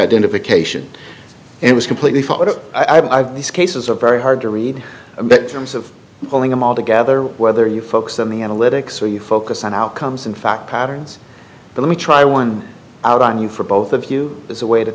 identification and was completely for what i've these cases are very hard to read a bit terms of pulling them all together whether you focus on the analytics or you focus on outcomes in fact patterns let me try one out on you for both of you as a way to